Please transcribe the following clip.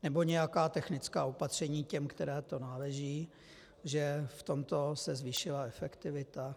Nebo nějaká technická opatření těm, kterým to náleží, že v tomto se zvýšila efektivita?